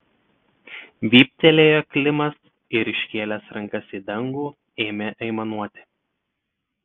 vyptelėjo klimas ir iškėlęs rankas į dangų ėmė aimanuoti